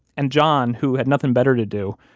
and john, who had nothing better to do,